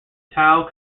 tau